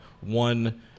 one